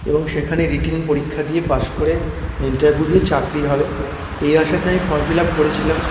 এবং সেখানে রিটেন পরীক্ষা দিয়ে পাশ করে ইন্টারভিউ দিয়ে চাকরি হবে এই আশাতেই আমি ফর্ম ফিল আপ করেছিলাম